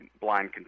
blind